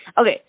Okay